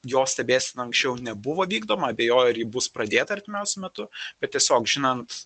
jo stebėsena anksčiau nebuvo vykdoma abejoju ar ji bus pradėta artimiausiu metu bet tiesiog žinant